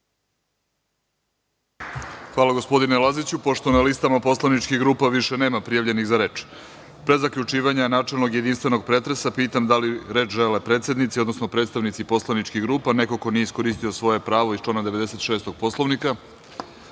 Hvala, gospodine Laziću. Pošto na listama poslaničkih grupa više nema prijavljenih za reč, pre zaključivanja načelnog, jedinstvenog pretresa, pitam da li reč žele predsednici, odnosno predstavnici poslaničkih grupa, neko ko nije iskoristio svoje pravo iz člana 96. Poslovnika?